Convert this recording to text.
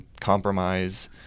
compromise